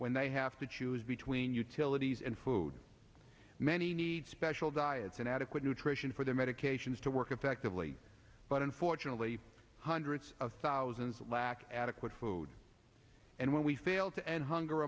when they have to choose between utilities and food many need special diets and adequate nutrition for their medications to work effectively but unfortunately hundreds of thousands lack adequate food and when we fail to end hunger